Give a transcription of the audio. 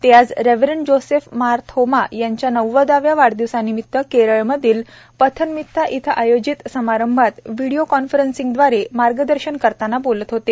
ते आज reverend Joseph Mar Thoma यांच्या नव्वदाव्या वाढदिवसानिमित्त केरळमधील पथनमथीत्ता इथं आयोजित समारंभात व्हीडीओ कॉन्फरन्सिंगदवारे मार्गदर्शन करताना बोलत होते